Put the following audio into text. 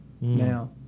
Now